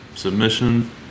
Submission